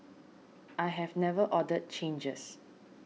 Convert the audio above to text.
I have never ordered changes